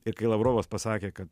ir kai lavrovas pasakė kad